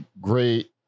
great